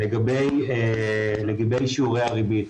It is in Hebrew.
לגבי שיעורי הריבית,